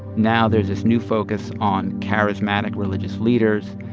now there's this new focus on charismatic religious leaders.